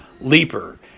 leaper